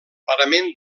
parament